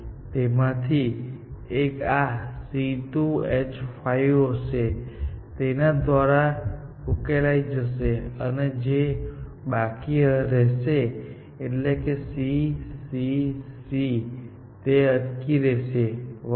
તેમાંથી એક આ C2H5 હશે તેના દ્વારા ઉકેલાઈ જશે અને જે કઈ બાકી રહેશે એટલે કે C C C તે અહીં ટકી રહેશે વગેરે